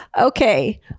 Okay